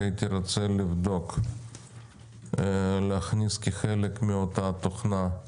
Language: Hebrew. שהייתי רוצה לבדוק ולהכניס כחלק מאותה תוכנה,